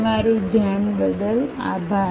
તમારું ધ્યાન બદલ આભાર